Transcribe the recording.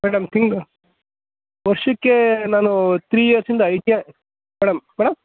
madam ತಿಂಗ್ಳು ವರ್ಷಕ್ಕೇ ನಾನು ತ್ರಿ ಇಯರ್ಸ್ ಇಂದ ಐ ಟಿ ಯ ಮೇಡಮ್ ಮೇಡಮ್